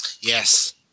Yes